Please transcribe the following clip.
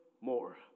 more